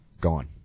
gone